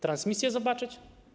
Transmisje zobaczyć?